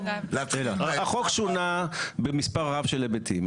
החוק שונה במספר רב של היבטים.